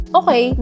okay